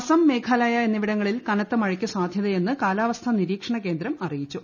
അസം മേഘാലയ എന്നിവിടങ്ങളിൽ കനത്ത മഴയ്ക്ക് സാധ്യതയെന്ന് കാലാവസ്ഥാ നിരീക്ഷണ കേന്ദ്രം അറിയിച്ചു